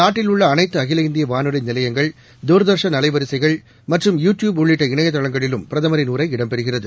நாட்டில் உள்ளஅனைத்துஅகில இந்தியவானொலிநிலையங்கள் தூர்தர்ஷன் அலைவரிசைகள் மற்றும் யு டியூப் உள்ளிட்ட இணையதளங்களிலும் பிரதமரின் உரை இடம்பெறுகிறது